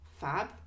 fab